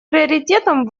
приоритетом